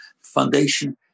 foundation